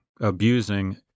abusing